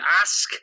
Ask